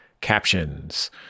captions